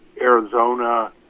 Arizona